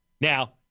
Now